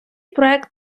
проект